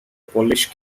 polish